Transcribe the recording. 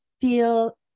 feel